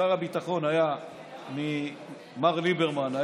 שר הביטחון היה מר ליברמן,